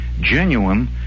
genuine